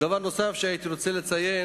דבר נוסף שהייתי רוצה לציין,